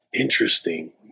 interesting